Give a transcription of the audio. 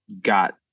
got